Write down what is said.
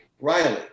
Riley